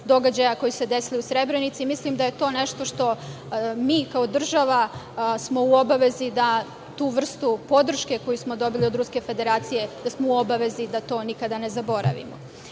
događaja koji su se desili u Srebrenici. Mislim da je to nešto što mi, kao država, smo u obavezi, da tu vrstu podrške koju smo dobili od Ruske federacije, da to nikada ne zaboravimo.